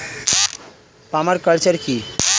Parma culture কি?